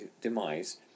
demise